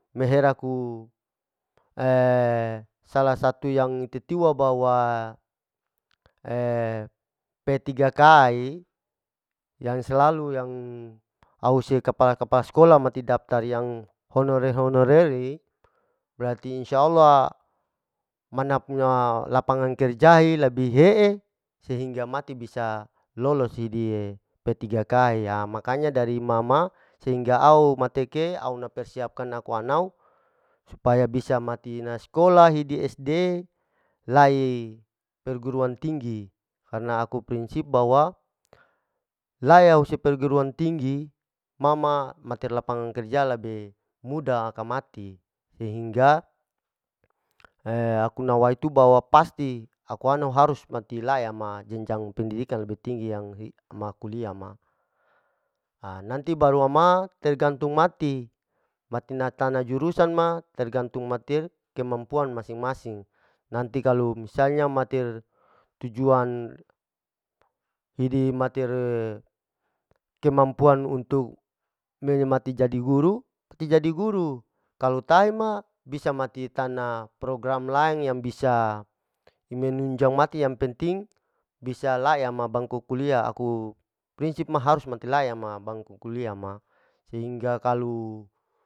Meher aku salah satu yang itetiwa bawa p3k i, yang selalu yang au se kepala-kepala sekolah mati daptar, yang honere-honere'i berarti insya allah mana punya lapangan kerjai lebih he'e, sehingga mati bisa lolosi di p3k ha makanya dari ma ma sehingga au mateke au na persiapkan akuanau supaya bisa matina sekolah hidi sd, lai perguruan tinggi karna aku prinsip bahwa, lae au se perguruan tinggi ma ma mater lapangan karja labe muda aka mati, sehingga aku nawaitu bahwa pasti akuana harus mati laya ma jenjang pendidkan lebih tinggi yang ma kulia ma, ha nanti baru ama tergantung mati, mati natana jurusan ma, tergantung mater kemampuan masing-masing, nanti kalau misalnya matir tujuan hidi mater kemamapuan untuk menyemati jadi guru tejadi guru, klau tahi ma bisa mati tana program laing yang bisa menunjang mati yang penting bisa la'e yama bangku kulia aku prinsip ma harus mate laye ma bangku kulia ma sehingga kalu.